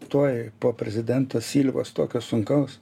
tuoj po prezidento silvos tokio sunkaus